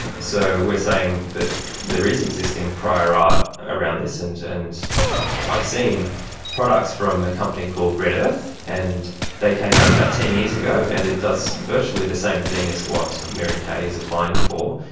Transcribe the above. so we're saying that there is existing prior right ah around this, and and i've seen products from the company called red earth, and they came out about ten years ago, and it does virtually the same thing as what mary kay is applying for.